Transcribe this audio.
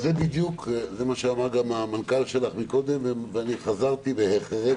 זה גם מה שאמר המנכ"ל שלך ואני הסכמתי.